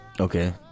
Okay